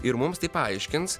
ir mums tai paaiškins